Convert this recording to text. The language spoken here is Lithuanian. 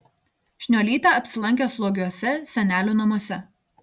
šniuolytė apsilankė slogiuose senelių namuose